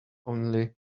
only